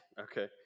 okay